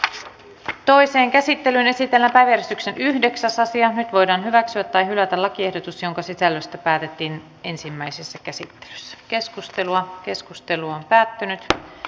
ässät toiseen käsittelyyn esitellään päiväjärjestyksen yhdeksäs asia voidaan hyväksyä tai hylätä lakiesitys jonka sisällöstä päätettiin ensimmäisessä käsittelyssä keskustelua keskustelu on viestintävaliokuntaan